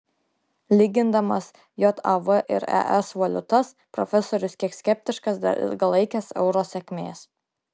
lygindamas jav ir es valiutas profesorius kiek skeptiškas dėl ilgalaikės euro sėkmės